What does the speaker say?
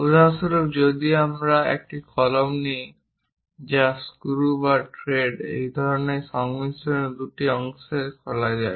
উদাহরণস্বরূপ যদি আমরা একটি কলম নিই যা স্ক্রু এবং থ্রেড ধরণের সংমিশ্রণে দুটি অংশে খোলা যায়